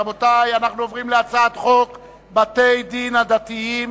רבותי, אנחנו עוברים להצעת חוק בתי-הדין הדתיים